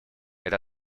это